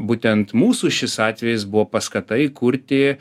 būtent mūsų šis atvejis buvo paskata įkurti